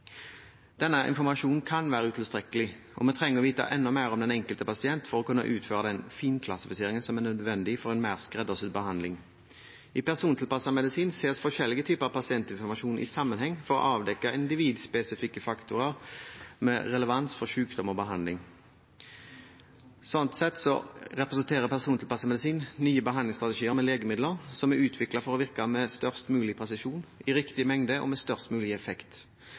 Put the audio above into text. Denne informasjonen kan være utilstrekkelig, og vi trenger å vite enda mer om den enkelte pasient for å kunne utføre den finklassifiseringen som er nødvendig for en mer skreddersydd behandling. I persontilpasset medisin ses forskjellige typer pasientinformasjon i sammenheng for å avdekke individspesifikke faktorer med relevans for sykdom og behandling. Sånn sett representerer persontilpasset medisin nye behandlingsstrategier, med legemidler som er utviklet for å virke med størst mulig presisjon, i riktig mengde og med størst mulig effekt.